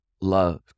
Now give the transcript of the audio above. Love